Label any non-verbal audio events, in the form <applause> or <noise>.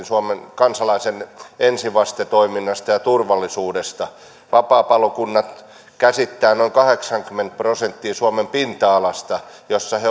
<unintelligible> suomen kansalaisten ensivastetoiminnasta ja turvallisuudesta vapaapalokunnat käsittävät noin kahdeksankymmentä prosenttia suomen pinta alasta missä ne